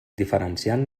diferenciant